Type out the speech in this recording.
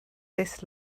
this